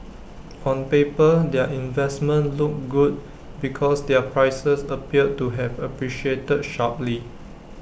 on paper their investments look good because their prices appeared to have appreciated sharply